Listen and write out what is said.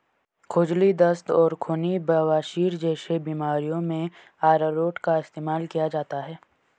खुजली, दस्त और खूनी बवासीर जैसी बीमारियों में अरारोट का इस्तेमाल किया जाता है